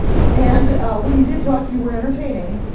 and when you did talk, you were entertaining,